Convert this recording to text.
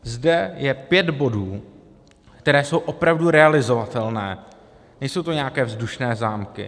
Zde je pět bodů, které jsou opravdu realizovatelné, nejsou to nějaké vzdušné zámky.